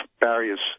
barriers